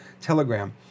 Telegram